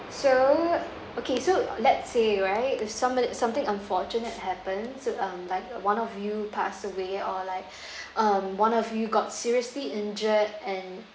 so okay so let's say right if somebody something unfortunate happens um like one of you pass away or like um one of you got seriously injured and